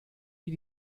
die